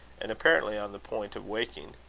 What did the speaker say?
and apparently on the point of waking.